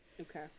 okay